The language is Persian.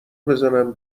بزنم